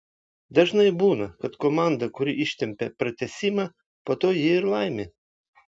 dažnai būna kad komanda kuri ištempią pratęsimą po to jį ir laimi